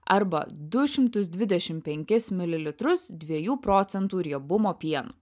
arba du šimtus dvidešim penkis mililitrus dviejų procentų riebumo pieno